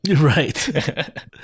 Right